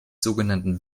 sogenannten